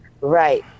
Right